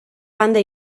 banda